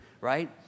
right